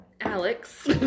Alex